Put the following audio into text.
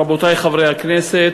רבותי חברי הכנסת,